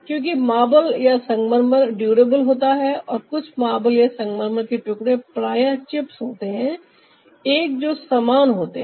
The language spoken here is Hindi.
क्योंकि मार्बल या संगमरमर ड्यूरेबल होता है और कुछ मार्वल या संगमरमर के टुकड़े प्रायः चिप्स होते हैं एक जो समान होते हैं